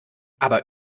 aber